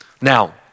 Now